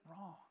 wrong